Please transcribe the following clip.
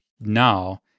now